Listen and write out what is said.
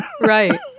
Right